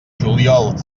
juliol